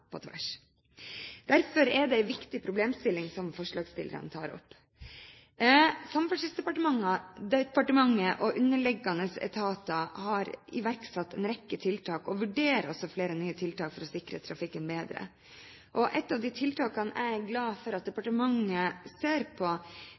på tvers. Derfor er det en viktig problemstilling som forslagsstillerne tar opp. Samferdselsdepartementet og underliggende etater har iverksatt en rekke tiltak og vurderer også flere nye tiltak for å sikre trafikken bedre. Ett av de tiltakene jeg er glad for at